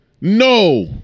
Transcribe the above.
No